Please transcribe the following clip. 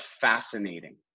fascinating